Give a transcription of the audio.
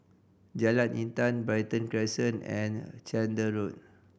Jalan Intan Brighton Crescent and Chander Road